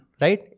right